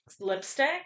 lipstick